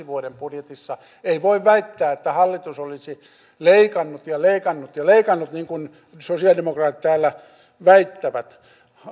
vuoden budjetissa ei voi väittää että hallitus olisi leikannut ja leikannut ja leikannut niin kuin sosialidemokraatit täällä väittävät